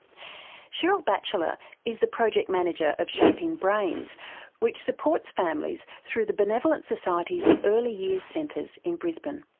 sheryl batchelor is the project manager of shaping brains which supports families through the benevolent society's early years centres in brisbane.